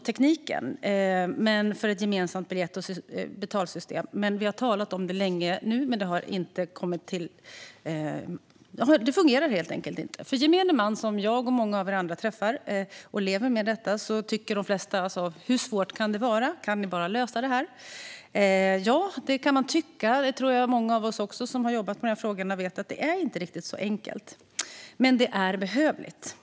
Tekniken finns för ett gemensamt biljett och betalsystem, men trots att vi har talat om det länge fungerar det inte än. Gemene man frågar hur svårt det kan vara och om det inte bara går att lösa, men vi som jobbar med detta vet att det inte är riktigt så enkelt. Ett gemensamt system behövs dock.